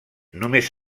només